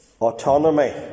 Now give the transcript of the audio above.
Autonomy